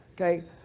okay